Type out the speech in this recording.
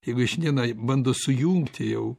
jeigu jie šiandienai bando sujungti jau